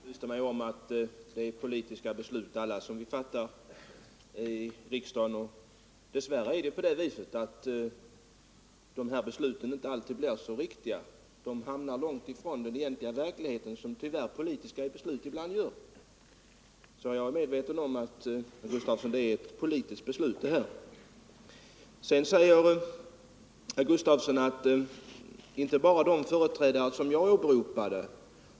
Herr talman! Utskottets ordförande upplyste mig om att alla de beslut vi fattar här i riksdagen är politiska, och jag är medveten om, herr Gustafson i Göteborg, att det är ett politiskt beslut vi här talar om. Men dess värre är det ju så att de beslut vi fattar inte alltid blir så riktiga. De hamnar långt ifrån verkligheten — som politiska beslut ibland tyvärr gör, Herr Gustafson sade också att man i utskottet har lyssnat även till andra än de företrädare jag åberopade.